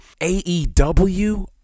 AEW